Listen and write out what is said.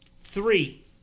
three